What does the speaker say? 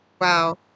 Wow